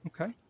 Okay